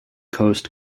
coast